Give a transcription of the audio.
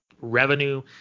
revenue